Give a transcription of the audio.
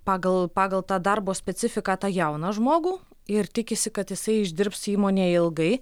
pagal pagal tą darbo specifiką tą jauną žmogų ir tikisi kad jisai išdirbs įmonėj ilgai